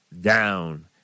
down